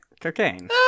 Cocaine